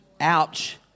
Ouch